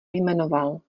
jmenoval